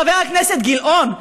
חבר הכנסת גילאון,